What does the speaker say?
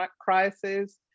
crisis